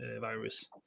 virus